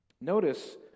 Notice